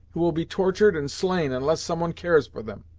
who will be tortured and slain unless some one cares for them.